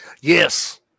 Yes